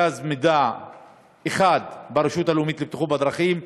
מרכז מידע אחד אחד ברשות הלאומית לבטיחות בדרכים,